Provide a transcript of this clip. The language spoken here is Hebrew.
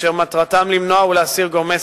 בפיתוח תוכניות ושירותים אשר מטרתם למנוע ולהסיר גורמי